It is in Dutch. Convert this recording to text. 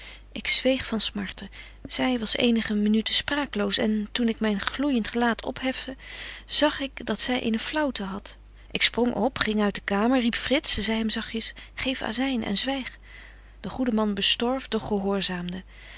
ik zweeg van smarte zy was eenige minuten spraakloos en toen ik myn gloeijent gelaat ophefte zag ik dat zy eene flaauwte hadt ik sprong op ging uit de kamer riep frits zei hem zagtjes geef azyn en zwyg de goede man bestorf doch gehoorzaamde